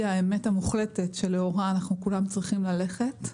האמת המוחלטת שלאורה אנחנו כולם צריכים ללכת.